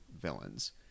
villains